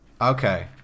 Okay